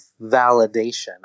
validation